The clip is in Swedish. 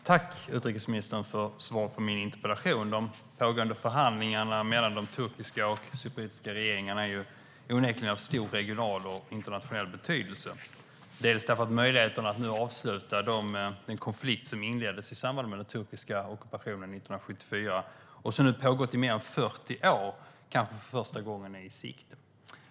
Herr talman! Tack för svaret på min interpellation, utrikesministern! De pågående förhandlingarna mellan de turkiska och cypriotiska regeringarna är onekligen av stor regional och internationell betydelse. Möjligheterna att nu avsluta den konflikt som inleddes i samband med den turkiska ockupationen 1974, och som nu pågått i mer än 40 år, kanske för första gången är i sikte.